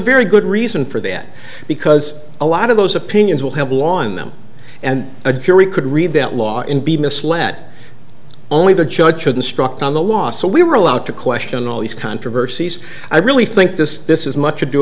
very good reason for that because a lot of those opinions will have a law on them and a jury could read that law and be misled only the judge should instruct on the law so we were allowed to question all these controversies i really think this this is much ado